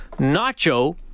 Nacho